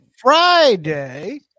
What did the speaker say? Friday